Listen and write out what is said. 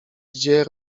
gdzie